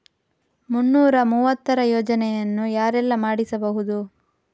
ಮುನ್ನೂರ ಮೂವತ್ತರ ಯೋಜನೆಯನ್ನು ಯಾರೆಲ್ಲ ಮಾಡಿಸಬಹುದು?